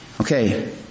Okay